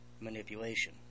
Manipulation